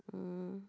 um